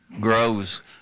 grows